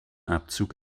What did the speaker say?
abzug